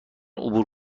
عبور